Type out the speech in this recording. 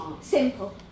Simple